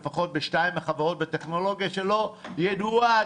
לפחות בשתיים מהחברות בטכנולוגיה שלא ידועה